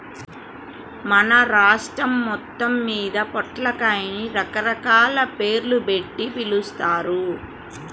మన రాష్ట్రం మొత్తమ్మీద పొట్లకాయని రకరకాల పేర్లుబెట్టి పిలుస్తారు